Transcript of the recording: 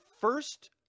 first